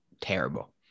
terrible